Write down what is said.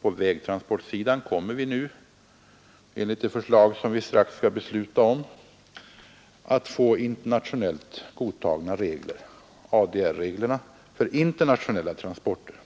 På vägtransportsidan kommer vi nu, enligt det förslag vi strax skall besluta om, att få internationellt godtagna regler — ADR-reglerna — för internationella transporter.